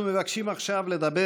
אנחנו מבקשים עכשיו לדבר